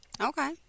Okay